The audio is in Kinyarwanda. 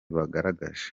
bagaragaje